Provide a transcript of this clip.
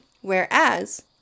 Whereas